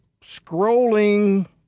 scrolling